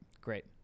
Great